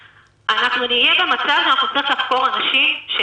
הוא ממילא חייב להיות במצב של תנאי בידוד,